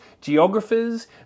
geographers